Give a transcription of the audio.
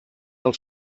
del